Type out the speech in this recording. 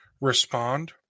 respond